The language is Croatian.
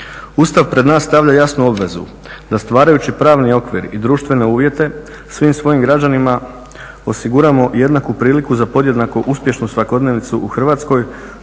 Ustav pred nas stavlja jasnu obvezu da stvarajući pravni okvir i društvene uvjete svim svojim građanima osiguramo jednaku priliku za podjednako uspješnu svakodnevnicu u Hrvatskoj